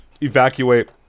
Evacuate